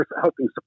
helping